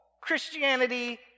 Christianity